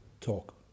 talk